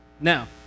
Now